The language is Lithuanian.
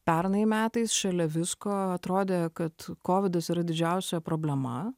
pernai metais šalia visko atrodė kad kovidas yra didžiausia problema